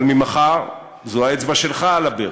אבל ממחר זו האצבע שלך על הברז.